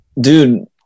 Dude